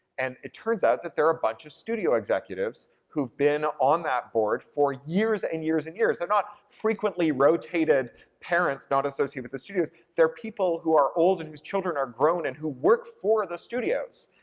and it turns out that they're a bunch of studio executives who've been on that board for years and years and years. they're not frequently rotated parents not associated with the studios. they're people who are old and whose children are grown and who work for the studios,